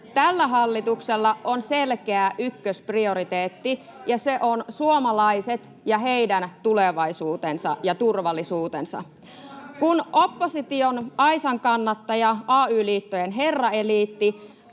Tällä hallituksella on selkeä ykkösprioriteetti, ja se on suomalaiset ja heidän tulevaisuutensa ja turvallisuutensa. [Jussi Saramo: Joko hävettää